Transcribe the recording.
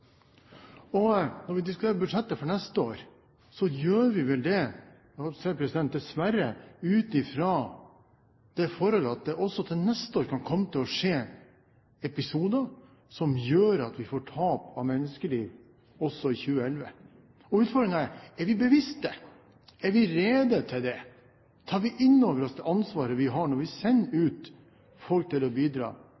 Når vi diskuterer budsjettet for neste år, gjør vi vel det ut fra det forhold at det også til neste år dessverre kan komme til å skje episoder som gjør at vi får tap av menneskeliv også i 2011. Utfordringen er: Er vi bevisst det? Er vi rede til det? Tar vi inn over oss det ansvaret vi har når vi sender